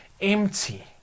empty